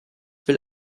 will